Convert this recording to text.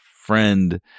friend